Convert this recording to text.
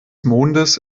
mondes